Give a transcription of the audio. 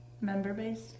Member-based